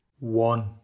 One